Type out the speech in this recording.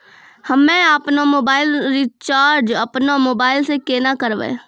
हम्मे आपनौ mobile recharge आपनौ मोबाइल से केना करवै?